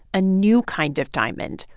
a new kind of diamond,